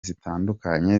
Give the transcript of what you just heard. zitandukanye